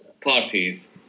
parties